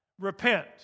Repent